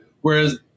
Whereas